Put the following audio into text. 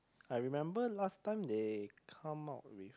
I remember last time they come out with